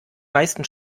meisten